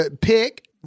pick